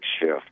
shift